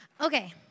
Okay